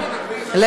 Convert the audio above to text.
אבל,